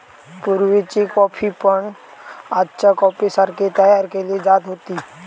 पुर्वीची कॉफी पण आजच्या कॉफीसारखी तयार केली जात होती